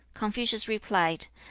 confucius replied,